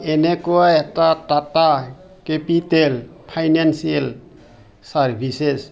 এনেকুৱা এটা Tata capital financial services